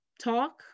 talk